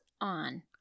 on